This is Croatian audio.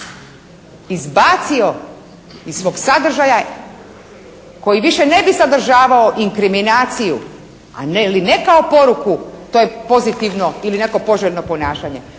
izbacio iz svog sadržaja, koji više ne bi sadržavao inkriminaciju, ali ne kao poruku to je pozitivno ili neko poželjno ponašanje,